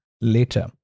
later